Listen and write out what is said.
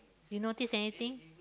you notice anything